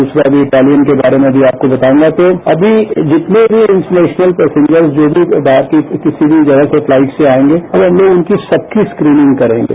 दूसरा अमी इटालियन के बारे में भी आपको बताऊंगा तो अभी जितने भी इंटरनेशनल पेसेंजर्स हैं जो भी बाहर की किसी भी जगह फ्लाईट से आएंगे तो हम लोग उन सबकी स्क्रीनिंग करेंगे